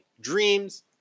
dreams